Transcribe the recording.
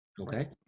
okay